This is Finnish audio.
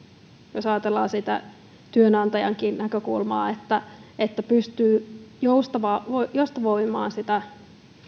jos ajatellaan sitä työnantajankin näkökulmaa että että pystyy joustavoimaan sitä